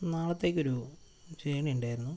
നാളത്തേക്കൊരു journey ഉണ്ടായിരുന്നു